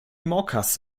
mokas